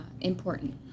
important